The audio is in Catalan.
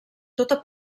tota